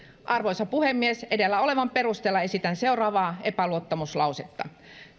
arvoisa puhemies edellä olevan perusteella esitän seuraavaa epäluottamuslausetta